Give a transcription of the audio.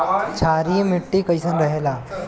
क्षारीय मिट्टी कईसन रहेला?